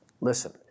listen